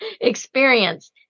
experience